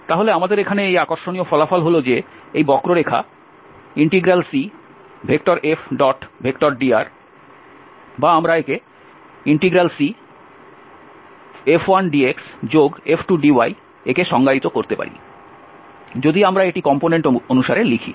তাহলে আমাদের এখানে এই আকর্ষণীয় ফলাফল হল যে এই বক্ররেখা CF⋅dr বা আমরা CF1dxF2dy কে সংজ্ঞায়িত করতে পারি যদি আমরা এটি কম্পোনেন্ট অনুসারে লিখি